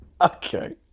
Okay